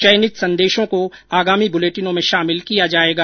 चयनित संदेशों को आगामी बुलेटिनों में शामिल किया जाएगा